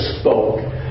spoke